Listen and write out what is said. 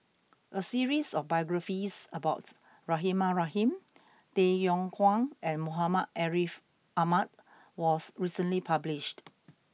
a series of biographies about Rahimah Rahim Tay Yong Kwang and Muhammad Ariff Ahmad was recently published